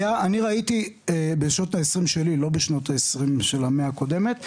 לא בשנות ה-20 של המאה הקודמת,